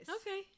Okay